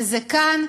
וזה כאן,